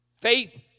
Faith